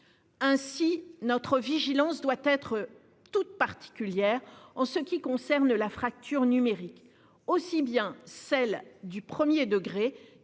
Ainsi, notre vigilance doit être toute particulière s'agissant de la fracture numérique, aussi bien celle du premier degré,